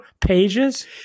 pages